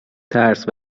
ترس